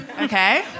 Okay